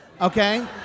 Okay